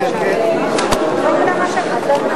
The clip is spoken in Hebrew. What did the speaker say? נתקבל.